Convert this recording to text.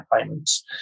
payments